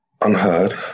Unheard